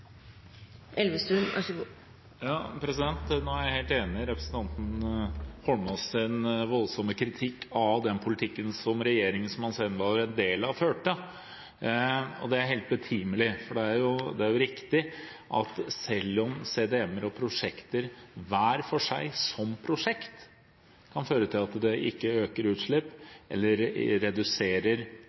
Holmås’ voldsomme kritikk av den politikken som regjeringen som han selv var en del av, førte, og det er helt betimelig, for det er jo riktig at selv om CDM-prosjekter hver for seg som prosjekt kan føre til at utslipp ikke øker, eller til redusert utslipp,